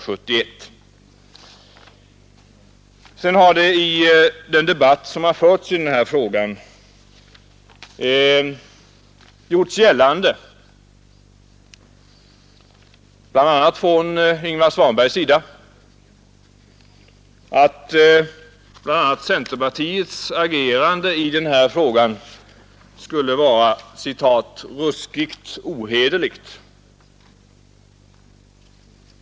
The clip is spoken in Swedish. Sedan har det i den debatt som förts i den här frågan gjorts gällande — bl.a. från Ingvar Svanbergs sida — att t.ex. centerpartiets agerande skulle vara ”ruskigt ohederligt”.